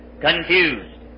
confused